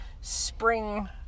spring